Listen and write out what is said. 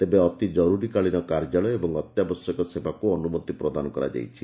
ତେବେ ଅତି ଜରୁରୀକାଳୀନ କାର୍ଯ୍ୟାଳୟ ଏବଂ ଅତ୍ୟାବଶ୍ୟକ ସେବାକୁ ଅନୁମତି ପ୍ରଦାନ କରାଯାଇଛି